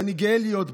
ואני גאה להיות בו,